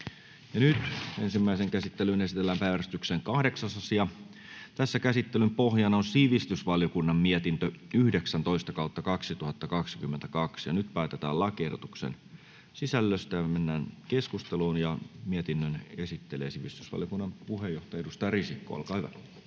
Ensimmäiseen käsittelyyn esitellään päiväjärjestyksen 8. asia. Käsittelyn pohjana on sivistysvaliokunnan mietintö SiVM 19/2022 vp. Nyt päätetään lakiehdotuksen sisällöstä. — Mennään keskusteluun. Mietinnön esittelee sivistysvaliokunnan puheenjohtaja, edustaja Risikko, olkaa hyvä.